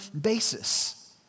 basis